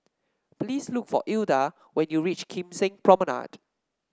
please look for Ilda when you reach Kim Seng Promenade